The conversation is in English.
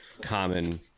common